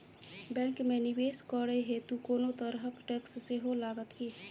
Bank मे निवेश करै हेतु कोनो तरहक टैक्स सेहो लागत की?